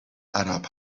عرب